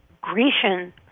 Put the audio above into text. Grecian